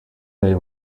they